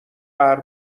قهر